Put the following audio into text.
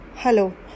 Hello